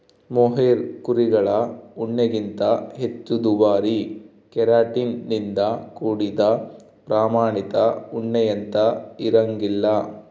mohair ಕುರಿಗಳ ಉಣ್ಣೆಗಿಂತ ಹೆಚ್ಚು ದುಬಾರಿ ಕೆರಾಟಿನ್ ನಿಂದ ಕೂಡಿದ ಪ್ರಾಮಾಣಿತ ಉಣ್ಣೆಯಂತೆ ಇರಂಗಿಲ್ಲ